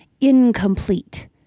incomplete